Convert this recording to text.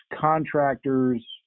contractors